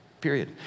period